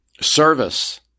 Service